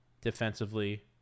defensively